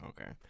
Okay